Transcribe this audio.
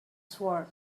sword